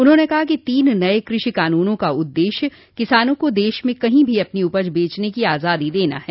उन्होंने कहा कि तीन नये कृषि कानूनों का उद्देश्य किसानों को देश में कहीं भी अपनी उपज बेचने की आजादी देना है